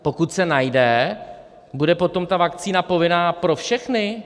Pokud se najde, bude potom ta vakcína povinná pro všechny?